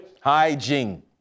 hygiene